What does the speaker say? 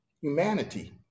humanity